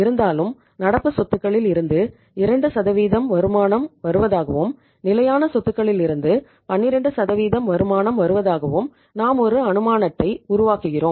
இருந்தாலும் நடப்பு சொத்துக்களில் இருந்து 2 வருமானம் வருவதாகவும் நிலையான சொத்துக்களில் இருந்து 12 வருமானம் வருவதாகவும் நாம் ஒரு அனுமானத்தை உருவாக்குகிறோம்